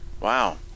Wow